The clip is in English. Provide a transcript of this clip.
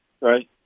right